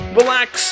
relax